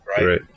Right